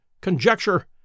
conjecture